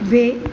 द्वे